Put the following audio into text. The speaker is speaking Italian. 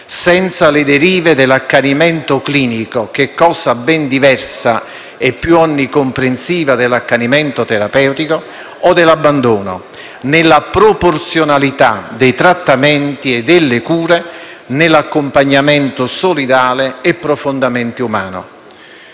senza le derive dell'accanimento clinico, che è cosa ben diversa e più onnicomprensiva dell'accanimento terapeutico o dell'abbandono, nella proporzionalità dei trattamenti e delle cure, nell'accompagnamento solidale e profondamente umano.